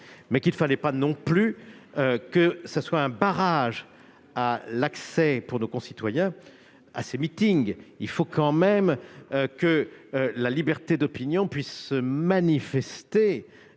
il ne fallait pas non plus que ce soit un barrage à l'accès de nos concitoyens à ces événements. Il importe quand même que la liberté d'opinion puisse se manifester